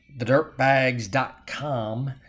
thedirtbags.com